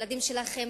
גם של הילדים שלכם.